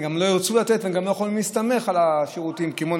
הם גם לא ירצו לתת והם גם לא יכולים להסתמך על שירותים כמו,